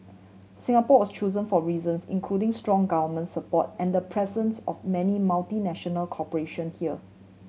Singapore was chosen for reasons including strong government support and the presence of many multinational corporation here